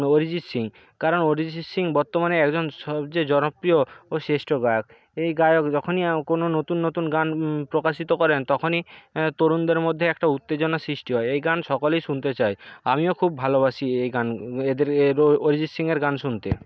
অরিজিৎ সিং কারণ অরিজিৎ সিং বর্তমানে একজন সবযেয়ে জনপ্রিয় ও শ্রেষ্ঠ গায়ক এই গায়ক যখনই কোন নতুন নতুন গান প্রকাশিত করেন তখনই তরুণদের মধ্যে একটা উত্তেজনা সৃষ্টি হয় এই গান সকলেই শুনতে চায় আমিও খুব ভালোবাসি এই গান এদের এরও অরিজিৎ সিংয়ের গান শুনতে